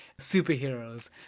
superheroes